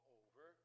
over